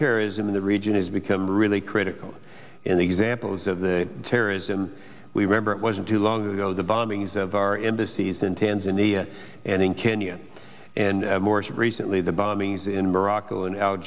terrorism in the region has become really critical in the examples of the terrorism we remember it wasn't too long ago the bombings of our embassies in tanzania and in kenya and morris recently the bombings in morocco and